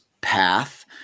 path